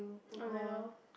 update lor